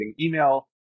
email